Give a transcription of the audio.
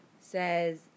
says